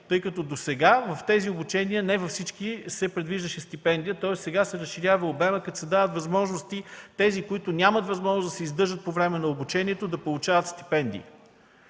тъй като досега не във всички обучения се предвиждаше стипендия. Сега се разширява обемът, като се дават възможности на тези, които нямат възможност да се издържат по време на обучението, да получават стипендия.